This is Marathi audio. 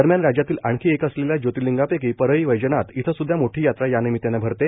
दरम्यान राज्यातील आणखी एक असलेल्या ज्योतिर्लिंगांपैकी परळी वैजनाथ इथं सुद्धा मोठी यात्रा यानिमिताने भरते